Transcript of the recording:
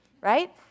right